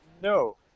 No